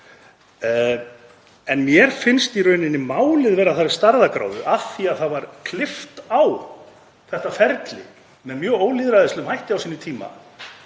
En mér finnst í rauninni málið vera af þeirri stærðargráðu, af því að það var klippt á þetta ferli með mjög ólýðræðislegum hætti á sínum tíma,